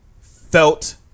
felt